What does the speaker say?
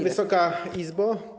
Wysoka Izbo!